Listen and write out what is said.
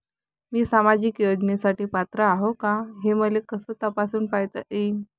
मी सामाजिक योजनेसाठी पात्र आहो का, हे मले कस तपासून पायता येईन?